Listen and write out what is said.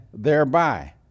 thereby